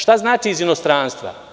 Šta znači iz inostranstva?